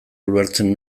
ulertzen